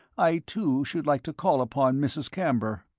i, too, should like to call upon mrs. camber.